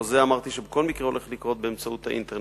אמרתי שבכל מקרה הולך לקרות באמצעות האינטרנט.